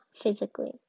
physically